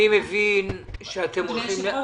אני מבין שאתם --- אדוני היושב-ראש,